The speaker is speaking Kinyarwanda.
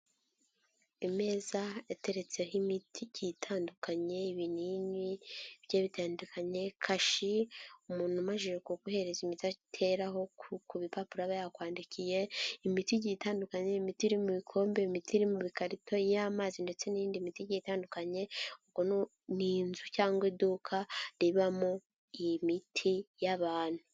Imeza iteretseho imiti igiye itandukanye, ibinini bigiye bitandukanye, kashi umuntu umajije kuguhereza imiti ateraho ku bipapuro aba yakwandikiye, imiti igiye itandukanye, imiti iri mu bikombe, imiti iri mu bikarito, iy'amazi ndetse n'iyindi miti igiye itandukanye, ubwo ni inzu cyangwa iduka ribamo imiti y'abantu.